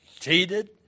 cheated